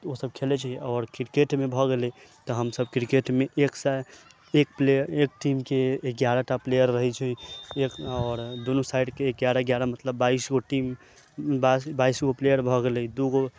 ओ सब खेलै छै आओर क्रिकेट मे भऽ गेलै तऽ हमसब क्रिकेट मे एक साइड एक प्लेयर एक टीम के ग्यारह टा प्लेयर रहै छै एक आओर दुनू साइड के ग्यारह ग्यारह मतलब बाइसगो टीम बाइसगो प्लेयर भऽ गेलै दुगो